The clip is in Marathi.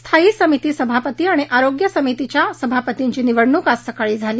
स्थायी समिती सभापती आणि आरोग्य समितीच्या सभापतींची निवडणूक आज सकाळी झाली